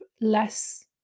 less